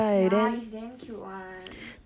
ya it's damn cute [one]